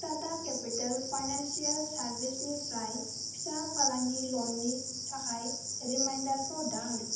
Tata capital financial सार्भिसनिफ्राय फिसा फालांगि ल'ननि थाखाय रिमाइन्दारखौ दान